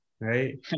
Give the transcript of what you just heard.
right